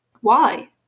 Why